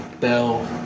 bell